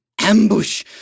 Ambush